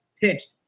pitched